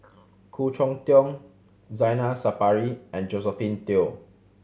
Khoo Cheng Tiong Zainal Sapari and Josephine Teo